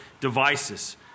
devices